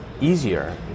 easier